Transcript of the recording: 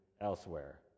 elsewhere